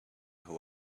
who